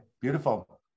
Beautiful